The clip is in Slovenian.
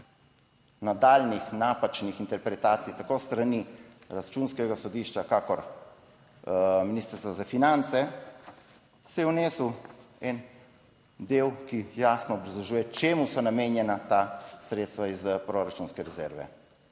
nadaljnjih napačnih interpretacij, tako s strani Računskega sodišča, kakor Ministrstva za finance se je vnesel en del, ki jasno obrazložuje, čemu so namenjena ta sredstva iz proračunske rezerve,